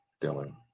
Dylan